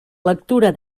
lectura